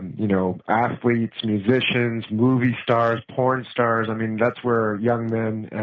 you know, athletes, musicians, movie stars, porn stars, i mean, that's where young men,